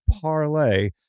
parlay